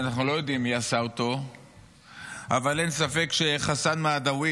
שאנחנו לא יודעים מי עשה אותו אבל אין ספק שחסן מהדווי,